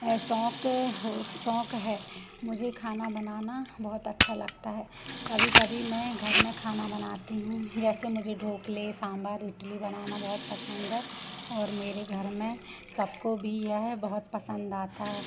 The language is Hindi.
यह शौक़ हो शौक़ है मुझे खाना बनाना बहुत अच्छा लगता है कभी कभी मैं घर में खाना बनाती हूँ जैसे मुझे ढोकले सांभर इडली बनाना बहुत पसंद है और मेरे घर में सबको भी ये बहुत पसंद आता